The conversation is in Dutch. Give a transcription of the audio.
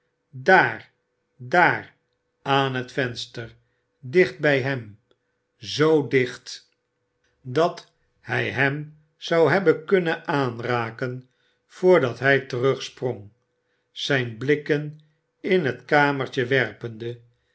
daar daar aan het venster dicht bij hem zoo dicht dat hij hem zou hebben kunnen aanraken voordat hij terugsprong zijn blikken in het kamertje werpende